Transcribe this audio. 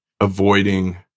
avoiding